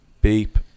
Beep